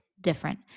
different